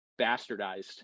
bastardized